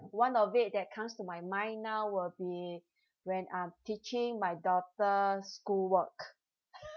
one of it that comes to my mind now will be when I'm teaching my daughter schoolwork